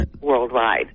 worldwide